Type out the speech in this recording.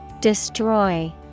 Destroy